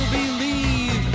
believe